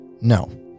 No